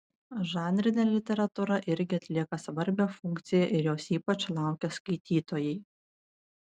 žanrinė literatūra irgi atlieka svarbią funkciją ir jos ypač laukia skaitytojai